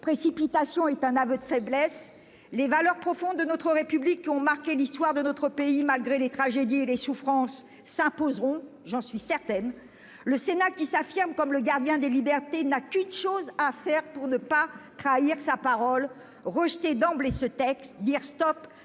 précipitation est un aveu de faiblesse. Les valeurs profondes de notre République, qui ont marqué l'histoire de notre pays, malgré les tragédies et les souffrances, s'imposeront, j'en suis certaine. Le Sénat, qui s'affirme comme le gardien des libertés, n'a qu'une chose à faire pour ne pas trahir sa parole : rejeter d'emblée ce texte, dire « stop